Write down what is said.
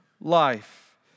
life